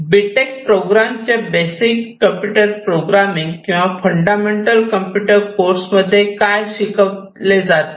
बी tech program च्या basic computer programming किंवा fundamental computer courses मध्ये काय शिकवले जाते